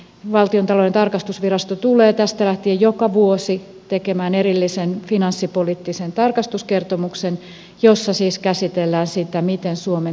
valtiontalouden tarkastusvirasto tulee tästä lähtien joka vuosi tekemään erillisen finanssipoliittisen tarkastuskertomuksen jossa siis käsitellään sitä miten suomen talous makaa